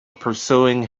pursuing